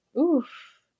Oof